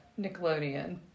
Nickelodeon